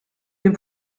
den